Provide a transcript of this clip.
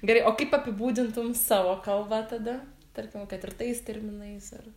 gerai o kaip apibūdintum savo kalbą tada tarkim kad ir tais terminais ar